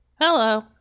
hello